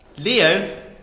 Leo